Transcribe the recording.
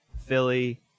Philly